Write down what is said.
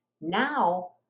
Now